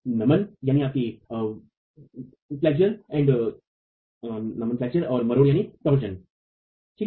सभी दीवार से बाहरी सतह से स्वयं के भार का विरोध करने हेतु वास्तव में अनुरोध किया जा रहा हैठीक है न